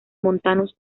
montanos